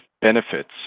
benefits